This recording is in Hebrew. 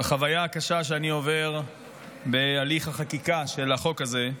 בחוויה הקשה שאני עובר בתהליך החקיקה של החוק הזה.